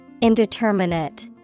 Indeterminate